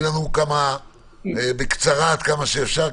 דברי בקצרה עד כמה שאפשר,